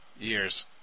years